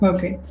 Okay